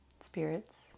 spirits